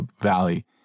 Valley